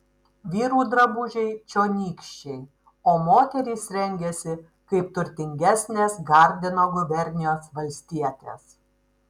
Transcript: vyrų drabužiai čionykščiai o moterys rengiasi kaip turtingesnės gardino gubernijos valstietės